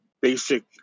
basic